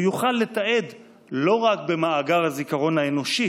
הוא יוכל לתעד לא רק במאגר הזיכרון האנושי